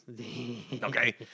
Okay